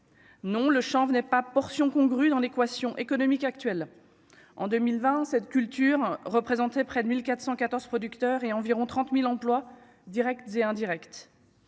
non le chanvre n'est pas portion congrue dans l'équation économique actuel en 2020, cette culture représentaient près de 1414 producteur et environ 30000 emplois Directs et indirects